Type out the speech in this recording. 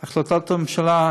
יש החלטת ממשלה,